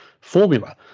formula